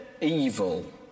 evil